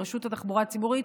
ברשות התחבורה הציבורית,